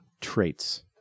traits